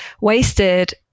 wasted